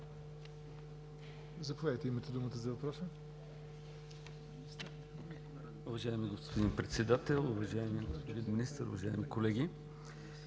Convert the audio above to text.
Заповядайте, имате думата за въпроса.